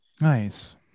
Nice